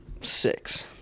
six